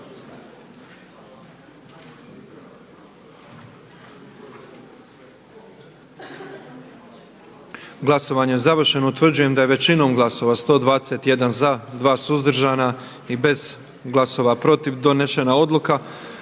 Glasovanje je završeno. Utvrđujem da smo većinom glasova 122 glasova za, 1 suzdržana i bez glasova protiv donijet Zakon